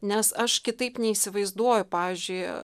nes aš kitaip neįsivaizduoju pavyzdžiui